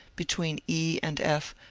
between e and f,